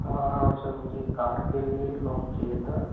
हाँ हाँ सर मुझे कार के लिए लोन चाहिए था